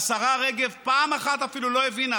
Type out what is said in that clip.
והשרה רגב פעם אחת אפילו לא הבינה,